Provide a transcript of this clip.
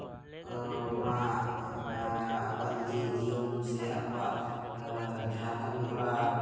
ᱱᱚᱣᱟ ᱟᱠᱚᱣᱟᱜ ᱱᱤᱡᱮ ᱡᱤᱭᱚᱱ ᱥᱮ ᱟᱠᱚᱣᱟᱜ ᱡᱟᱦᱟᱸ ᱠᱟᱹᱢᱤᱦᱚᱨᱟ